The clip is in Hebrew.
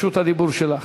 רשות הדיבור שלך.